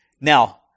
Now